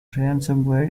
ransomware